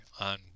on